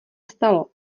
stalo